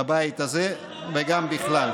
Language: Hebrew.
בבית הזה וגם בכלל.